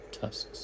tusks